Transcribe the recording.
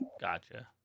Gotcha